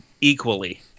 equally